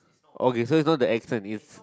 okay so it's not the accent is